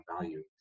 value